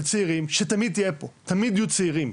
צעירים שתמיד תהיה פה כי תמיד יהיו צעירים.